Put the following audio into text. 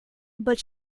but